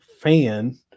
fan